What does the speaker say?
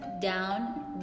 down